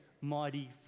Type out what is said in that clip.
mighty